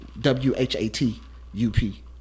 W-H-A-T-U-P